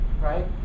right